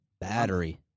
battery